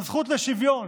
הזכות לשוויון,